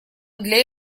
для